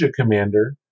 commander